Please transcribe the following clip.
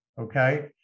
Okay